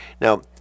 Now